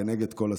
כנגד כל הסיכויים.